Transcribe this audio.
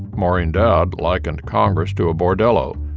maureen dowd likened congress to a bordello,